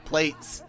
plates